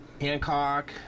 Hancock